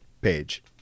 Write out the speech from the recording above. page